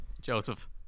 Joseph